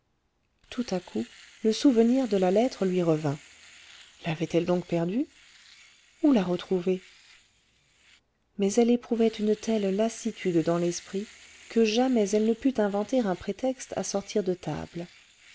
tout à coup le souvenir de la lettre lui revint l'avait-elle donc perdue où la retrouver mais elle éprouvait une telle lassitude dans l'esprit que jamais elle ne put inventer un prétexte à sortir de table